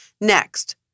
Next